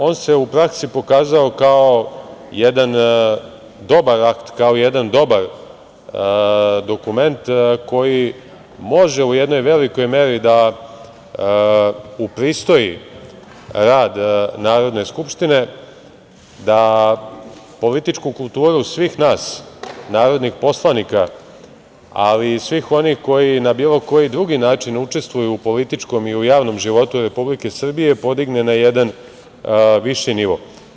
On se u praksi pokazao kao jedan dobar akt, kao jedan dobar dokument, koji može u jednoj velikoj meri da upristoji rad Narodne skupštine, da političku kulturu svih nas narodnih poslanika, ali i svih onih koji na bilo koji drugi način učestvuju u političkom i u javnom životu Republike Srbije podigne na jedan viši nivo.